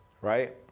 right